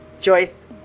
Joyce